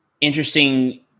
interesting